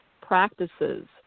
practices